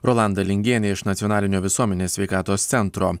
rolanda lingienė iš nacionalinio visuomenės sveikatos centro